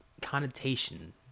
connotation